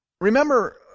Remember